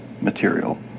material